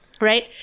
Right